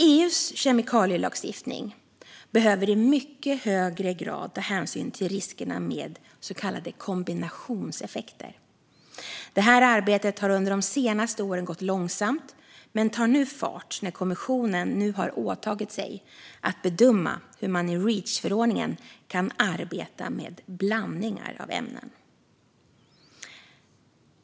EU:s kemikalielagstiftning behöver i mycket högre grad ta hänsyn till riskerna med så kallade kombinationseffekter. Detta arbete har under de senaste åren gått långsamt men tar nu fart när kommissionen nu har åtagit sig att bedöma hur man i Reachförordningen kan arbeta med blandningar av ämnen.